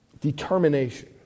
determination